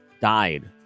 died